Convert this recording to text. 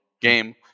game